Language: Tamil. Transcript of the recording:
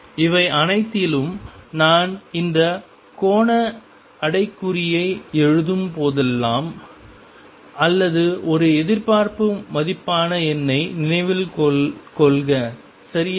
இவை அனைத்திலும் நான் இந்த கோண அடைப்புக்குறியை எழுதும் போதெல்லாம் அல்லது ஒரு எதிர்பார்ப்பு மதிப்பான எண்னை நினைவில் கொள்க சரியா